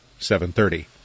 7.30